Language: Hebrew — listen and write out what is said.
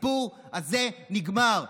הסיפור הזה נגמר.